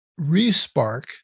Respark